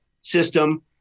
system